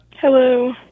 Hello